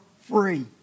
free